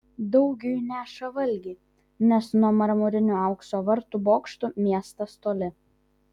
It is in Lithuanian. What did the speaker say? daugiui neša valgį nes nuo marmurinių aukso vartų bokštų miestas toli